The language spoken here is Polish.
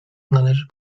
należy